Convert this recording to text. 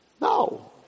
No